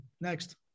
Next